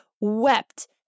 wept